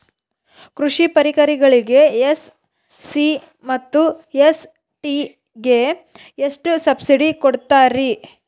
ಕೃಷಿ ಪರಿಕರಗಳಿಗೆ ಎಸ್.ಸಿ ಮತ್ತು ಎಸ್.ಟಿ ಗೆ ಎಷ್ಟು ಸಬ್ಸಿಡಿ ಕೊಡುತ್ತಾರ್ರಿ?